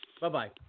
Bye-bye